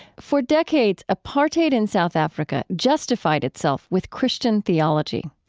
for decades apartheid in south africa justified itself with christian theology,